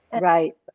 Right